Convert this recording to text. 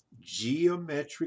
geometric